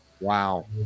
Wow